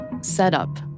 setup